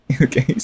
Okay